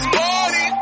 party